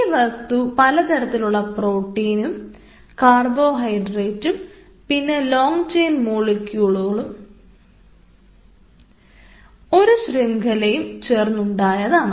ഈ വസ്തു പലതരത്തിലുള്ള പ്രോട്ടീനും കാർബോഹൈഡ്രേറ്റ് പിന്നെ ലോങ്ങ് ചെയിൻ മോളിക്യൂളുകൾ ഒരു ശൃംഖലയും ചേർന്നുണ്ടായതാണ്